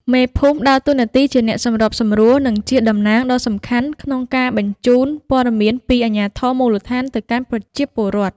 មេភូមិដើរតួនាទីជាអ្នកសម្របសម្រួល និងជាតំណាងដ៏សំខាន់ក្នុងការបញ្ជូនព័ត៌មានពីអាជ្ញាធរមូលដ្ឋានទៅកាន់ប្រជាពលរដ្ឋ។